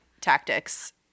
tactics